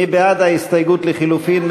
מי בעד ההסתייגות לחלופין?